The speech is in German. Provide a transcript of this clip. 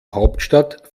hauptstadt